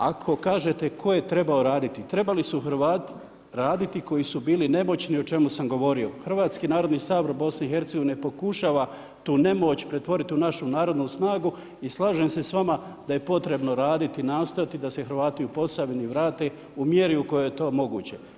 Ako kažete tko je trebao raditi, trebali su Hrvati raditi koji su bili nemoćni o čemu sam govorio, Hrvatski narodni Sabor BiH pokušava tu nemoć pretvoriti u našu narodnu snagu i slažem se s vama da je potrebno raditi nastojati da se Hrvati u Posavini vrate u mjeri u kojoj je to moguće.